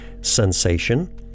sensation